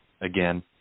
again